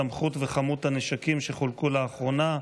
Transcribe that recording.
סמכות וכמות הנשקים שחולקו לאחרונה.